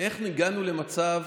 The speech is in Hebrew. איך הגענו למצב